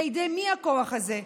בידי מי הכוח הזה?